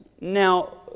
Now